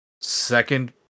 second